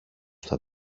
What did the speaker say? στα